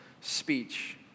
speech